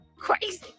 Crazy